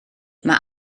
mae